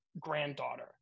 granddaughter